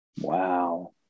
Wow